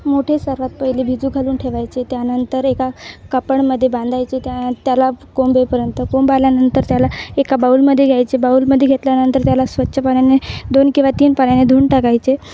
मोठे सर्वात पहिले भिजू घालून ठेवायचे त्यानंतर एका कापडमध्ये बांधायचे त्याला कोंबेपर्यंत कोंब आल्यानंतर त्याला एका बाउलमध्ये घ्यायचे बाउलमध्ये घेतल्यानंतर त्याला स्वच्छ पाण्याने दोन किंवा तीन पाण्याने धुऊन टाकायचे